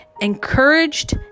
encouraged